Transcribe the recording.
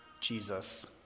Jesus